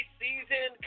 season